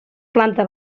planta